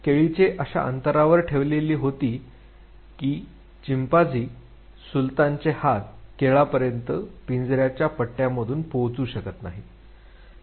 केळीचे अश्या अंतरावर ठेवली होती की चिंपांझी सुलतान चे हात केळापर्यंत पिंजराच्या पट्ट्यामधून पोहोचू शकत नाहीत